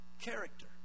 Character